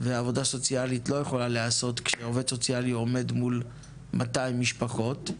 ועבודה סוציאלית לא יכולה להיעשות כשעובד סוציאלי עומד מול 200 משפחות.